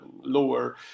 lower